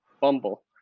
Bumble